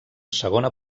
segona